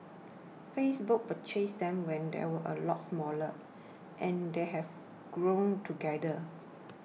Facebook purchased them when they were a lot smaller and they have grown together